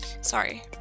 Sorry